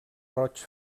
roig